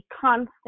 constant